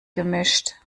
gemischt